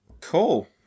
Cool